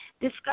discuss